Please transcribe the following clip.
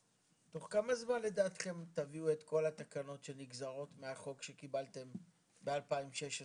תוך כמה זמן לדעתם תביאו את כל התקנות שנגזרות מהחוק שקיבלתם ב-2016?